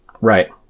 Right